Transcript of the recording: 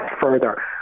further